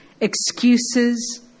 excuses